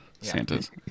Santa's